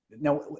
Now